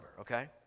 okay